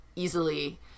easily